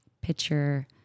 picture